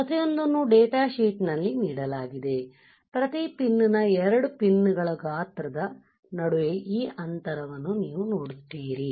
ಪ್ರತಿಯೊಂದನ್ನು data sheet ನಲ್ಲಿ ನೀಡಲಾಗಿದೆ ಪ್ರತಿ ಪಿನ್ ನ 2 ಪಿನ್ ಗಳ ಗಾತ್ರದ ನಡುವೆ ಈ ಅಂತರವನ್ನು ನೀವು ನೋಡುತ್ತೀರಿ